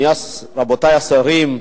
רבותי השרים,